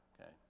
okay